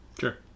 Sure